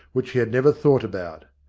which he had never thought about.